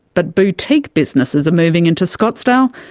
but boutique businesses are moving into scottsdale,